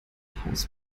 haus